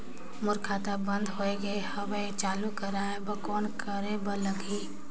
मोर खाता बंद हो गे हवय चालू कराय बर कौन करे बर लगही?